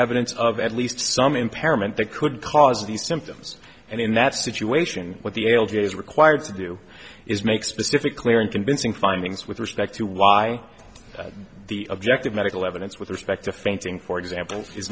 evidence of at least some impairment that could cause these symptoms and in that situation what the l g a is required to do is make specific clear and convincing findings with respect to why the objective medical evidence with respect to fainting for example